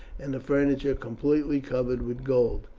and the furniture completely covered with gold.